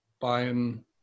buying